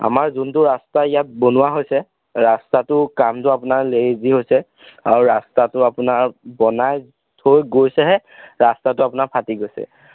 আমাৰ যোনটো ৰাস্তা ইয়াত বনোৱা হৈছে ৰাস্তাটো কামটো আপোনাৰ লেজি হৈছে আৰু ৰাস্তাটো আপোনাৰ বনাই থৈ গৈছেহে ৰাস্তাটো আপোনাৰ ফাটি গৈছে